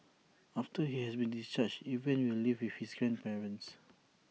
after he has been discharged Evan will live with his grandparents